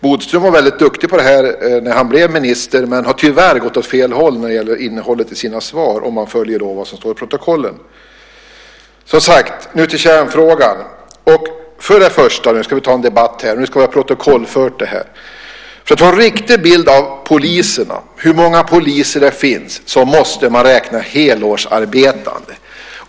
Bodström var duktig när han blev minister, men han har tyvärr gått åt fel håll när det gäller innehållet i interpellationssvaren, att döma av det som står i protokollen. Så till kärnfrågan. Nu ska vi ta en debatt om detta, så att det blir protokollfört. För att få en riktig bild av hur många poliser det finns måste man räkna helårsarbetande.